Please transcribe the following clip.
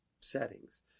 settings